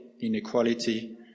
inequality